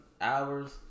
hours